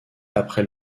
après